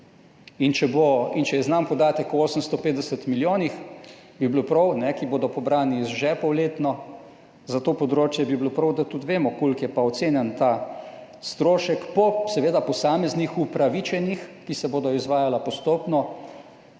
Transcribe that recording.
In če je znan podatek o 850 milijonih bi bilo prav, ki bodo pobrani iz žepov letno za to področje bi bilo prav, da tudi vemo koliko je pa ocenjen ta strošek po seveda posameznih upravičenjih, ki se bodo izvajala postopno.